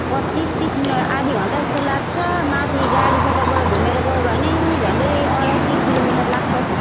पच्चिस तिस मिनेट आधा घन्टा जस्तो लाग्छ माथि गाडी सडकबाट घुमेर गयो भने झन्डै अढाई तिन किलोमिटर लाग्छ